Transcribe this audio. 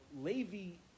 levy